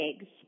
Eggs